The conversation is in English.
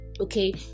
okay